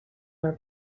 her